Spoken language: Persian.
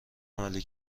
عملی